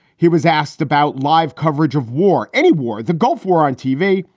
he was asked about live coverage of war, any war, the gulf war on tv.